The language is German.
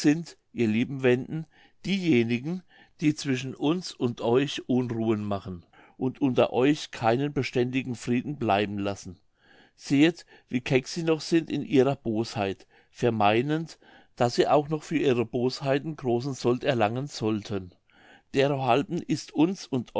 ihr lieben wenden diejenigen die zwischen uns und euch unruhen machen und unter euch keinen beständigen frieden bleiben lassen sehet wie keck sie noch sind in ihrer bosheit vermeinend daß sie auch noch für ihre bosheiten großen sold erlangen sollten derohalben ist uns und